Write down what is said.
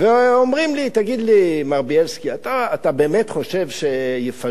אומרים לי, תגיד, מר בילסקי, אתה באמת חושב שיפנו?